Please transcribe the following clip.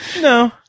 no